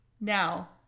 Now